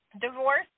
Divorce